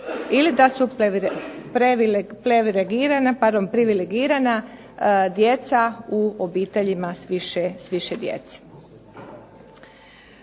ili da su privilegirana djeca u obiteljima s više djece.